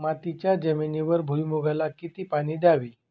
मातीच्या जमिनीवर भुईमूगाला किती पाणी द्यावे?